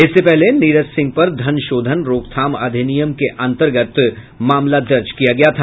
इससे पहले नीरज सिंह पर धन शोधन रोकथाम अधिनियम के अन्तर्गत मामला दर्ज किया गया था